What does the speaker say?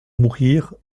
mourir